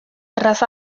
erraza